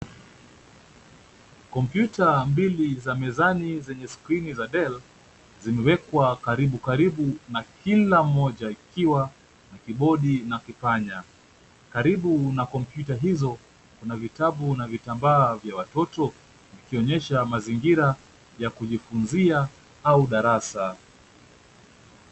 Computer mbili za mezani zenye skrini dell, zimewekwa karibu karibu na kila moja ikiwa na kibodi na kipanya. Karibu na computer hizo kuna vitabu na vitambaa vya watoto vikionyesha mazingira ya kujifunzia au darasa.